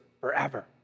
forever